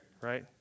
right